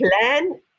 plan